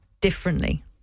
differently